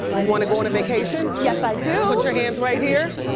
you want to go on a vacation? yes i do. put your hands right here.